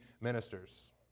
ministers